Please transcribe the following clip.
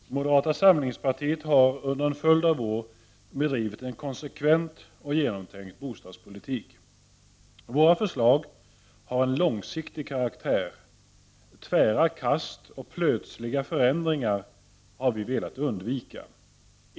Herr talman! Moderata samlingspartiet har under en följd av år bedrivit en konsekvent och genomtänkt bostadspolitik. Våra förslag har en långsiktig karaktär. Tvära kast och plötsliga förändringar har vi velat undvika.